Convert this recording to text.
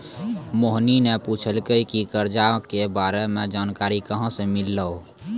मोहिनी ने पूछलकै की करजा के बारे मे जानकारी कहाँ से मिल्हौं